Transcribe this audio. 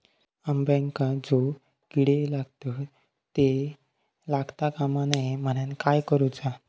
अंब्यांका जो किडे लागतत ते लागता कमा नये म्हनाण काय करूचा?